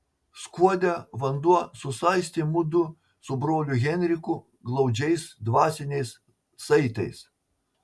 skuode vanduo susaistė mudu su broliu henriku glaudžiais dvasiniais saitais